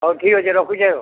ହଉ ଠିକ୍ ଅଛେ ରଖୁଛେ ଆଉ